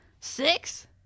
Six